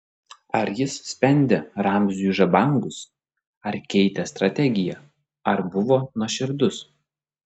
ar jis spendė ramziui žabangus ar keitė strategiją ar buvo nuoširdus